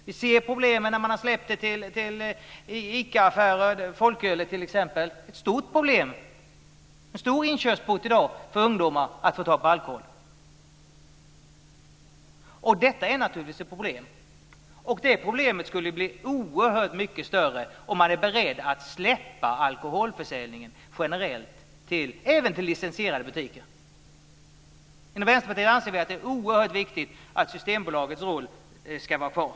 Vi ser problemen när man t.ex. har släppt folkölen till ICA-affärer. Det är ett stort problem. Det är en stor inkörsport för ungdomar att i dag få tag på alkohol. Detta är naturligtvis ett problem, och det problemet skulle bli oerhört mycket större om man var beredd att släppa alkoholförsäljningen generellt, även till licensierade butiker. Inom Vänsterpartiet anser vi att det är oerhört viktigt att Systembolagets roll ska vara kvar.